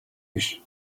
биш